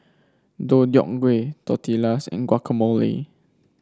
Deodeok Gui Tortillas and Guacamole